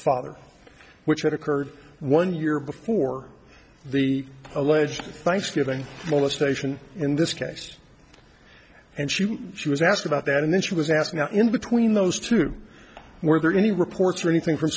father which had occurred one year before the alleged thanksgiving molestation in this case and she was she was asked about that and then she was asked no in between those two were there any reports or anything from